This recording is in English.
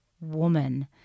woman